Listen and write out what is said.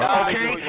okay